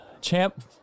champ